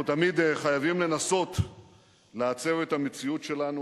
אנחנו תמיד חייבים לנסות לעצב את המציאות שלנו,